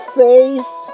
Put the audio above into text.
face